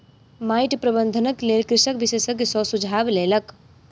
माइट प्रबंधनक लेल कृषक विशेषज्ञ सॅ सुझाव लेलक